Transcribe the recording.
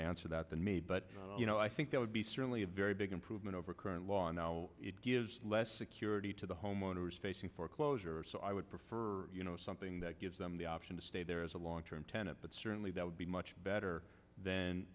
to answer that than me but you know i think that would be certainly a very big improvement over current law now it gives less security to the homeowners facing foreclosure so i would prefer you know something that gives them the option to stay there as a long term tenant but certainly that would be much better than